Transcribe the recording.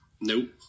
Nope